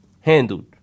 handled